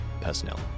personnel